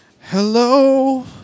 Hello